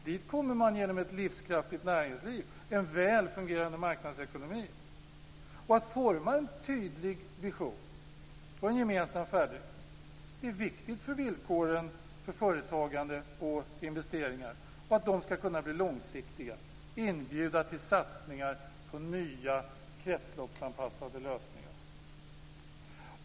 Dit kommer man genom ett livskraftigt näringsliv och en väl fungerande marknadsekonomi. Att forma en tydlig vision och en gemensam färdriktning är viktigt för att villkoren för företagande och investeringar skall kunna bli långsiktiga och inbjuda till satsningar på nya kretsloppsanpassade lösningar.